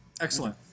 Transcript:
Excellent